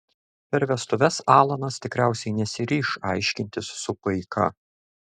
per vestuves alanas tikriausiai nesiryš aiškintis su paika